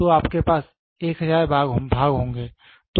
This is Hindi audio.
तो आपके पास 1000 भाग होंगे